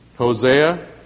Hosea